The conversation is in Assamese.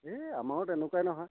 এই আমাৰো তেনেকুৱাই নহয়